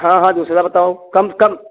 हाँ हाँ दूसरा बताओ कम से कम